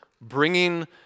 bringing